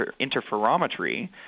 interferometry